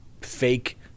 fake